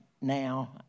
now